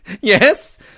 Yes